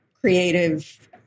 creative